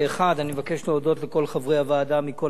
אני מבקש להודות לכל חברי הוועדה מכל הסיעות.